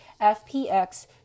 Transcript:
FPX